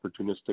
opportunistic